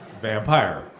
Vampire